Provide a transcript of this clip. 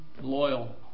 loyal